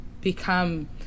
become